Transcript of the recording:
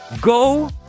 go